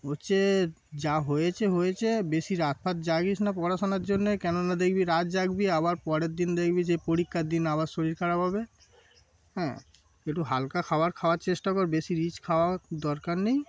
হচ্ছে যা হয়েছে হয়েছে বেশি রাত ফাত জাগিস না পড়াশোনার জন্যে কেননা দেখবি রাত জাগবি আবার পরের দিন দেখবি যে পরীক্ষার দিন আবার শরীর খারাপ হবে হ্যাঁ একটু হালকা খাবার খাওয়ার চেষ্টা কর বেশি রিচ খাওয়া দরকার নেই